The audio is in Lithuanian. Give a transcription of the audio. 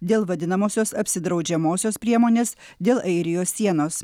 dėl vadinamosios apsidraudžiamosios priemonės dėl airijos sienos